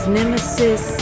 Nemesis